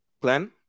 Glenn